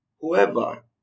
whoever